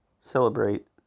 celebrate